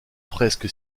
fresque